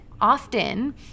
often